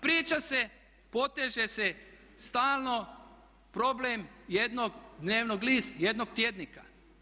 Priča se, poteže se stalno problem jednog dnevnog lista, jednog tjednika.